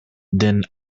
than